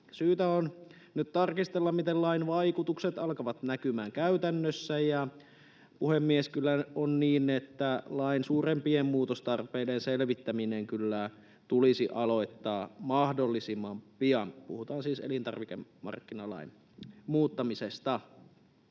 Syytä on nyt tarkastella, miten lain vaikutukset alkavat näkymään käytännössä. Puhemies! Kyllä on niin, että lain suurempien muutostarpeiden selvittäminen tulisi aloittaa mahdollisimman pian — puhutaan siis elintarvikemarkkinalain muuttamisesta.